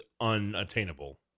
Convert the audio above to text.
unattainable